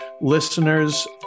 listeners